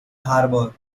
harbor